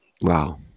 Wow